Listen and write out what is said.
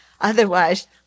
Otherwise